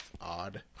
odd